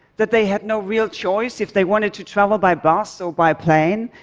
that they had no real choice if they wanted to travel by bus or by plane,